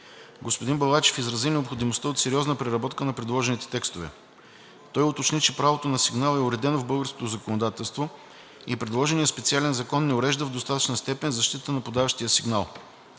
Господин Балачев изрази необходимостта от сериозна преработка на предложените текстове. Той уточни, че правото на сигнал е уредено в българското законодателство и предложеният специален закон не урежда в достатъчна степен защитата на подаващия сигнал.